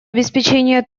обеспечения